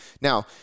Now